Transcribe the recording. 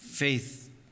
Faith